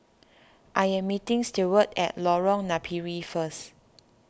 I am meeting Stewart at Lorong Napiri first